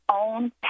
own